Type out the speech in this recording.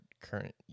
current